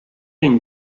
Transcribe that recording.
une